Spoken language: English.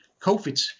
COVID